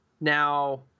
now